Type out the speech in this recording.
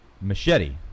machete